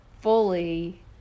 fully